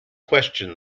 questioned